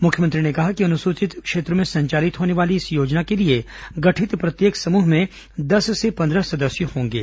मुख्यमंत्री ने कहा कि अनुसूचित क्षेत्रों में संचालित होने वाली इस योजना के लिए गठित प्रत्येक समूह में दस से पंद्रह सदस्य होंगे